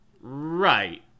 Right